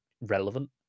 relevant